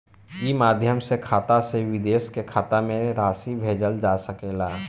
ई माध्यम से खाता से विदेश के खाता में भी राशि भेजल जा सकेला का?